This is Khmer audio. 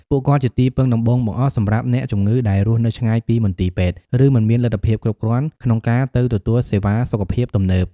ពួកគាត់ជាទីពឹងដំបូងបង្អស់សម្រាប់អ្នកជំងឺដែលរស់នៅឆ្ងាយពីមន្ទីរពេទ្យ ឬមិនមានលទ្ធភាពគ្រប់គ្រាន់ក្នុងការទៅទទួលសេវាសុខភាពទំនើប។